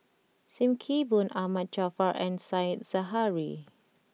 Sim Kee Boon Ahmad Jaafar and Said Zahari